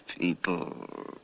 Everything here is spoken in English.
people